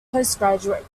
postgraduate